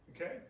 Okay